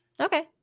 Okay